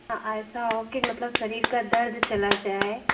हाँ ऐसा हो कि मतलब शरीर का दर्द चला जाए